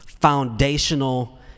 foundational